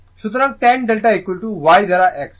সুতরাং tan delta y দ্বারা x